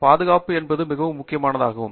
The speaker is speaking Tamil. எனவே பாதுகாப்பு என்பது மிகவும் முக்கியமானதாகும்